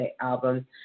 album